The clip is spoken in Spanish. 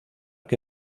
que